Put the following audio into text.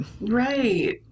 right